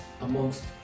amongst